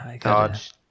dodge